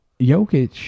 Jokic